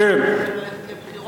בזה אתם תמיד חזקים.